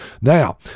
Now